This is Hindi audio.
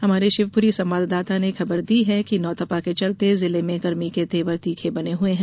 हमारे शिवपुरी संवाददाता ने खबर दी है कि नौतपा के चलते जिले में गर्मी के तेवर तीखे बने हए हैं